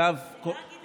כבוד